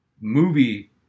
movie